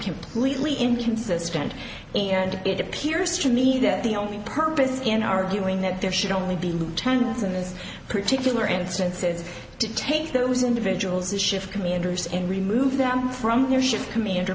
completely inconsistent and it appears to me that the only purpose in arguing that there should only be lieutenants in this particular instance is to take those individuals the shift commanders and remove them from their ship commander